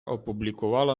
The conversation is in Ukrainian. опублікувала